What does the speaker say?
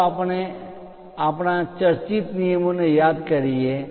ચાલો આપણે આપણા ચર્ચિત નિયમોને યાદ કરીએ